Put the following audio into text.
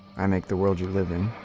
i make the world you live in.